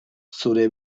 zure